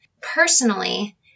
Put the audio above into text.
Personally